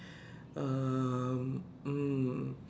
um mm